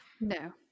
no